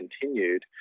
continued